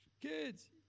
kids